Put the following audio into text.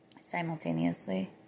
simultaneously